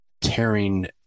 tearing